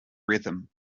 rhythm